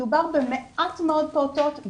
מדובר במעט מאוד פעוטות,